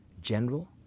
general